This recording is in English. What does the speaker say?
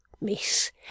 Miss